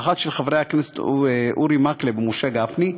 האחת של חברי הכנסת אורי מקלב ומשה גפני,